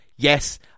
Yes